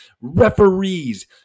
referees